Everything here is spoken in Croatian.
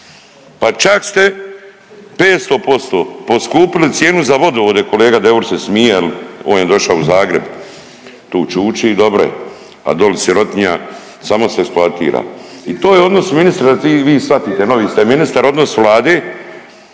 Pa čak ste 500% poskupili cijenu za vodovode. Kolega Deur se smije, jer on je došao u Zagreb, tu čuči i dobro je, a doli sirotinja samo se eksploatira. I to je odnos ministre da vi shvatite, novi ste ministar, odnos Vlade